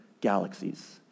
galaxies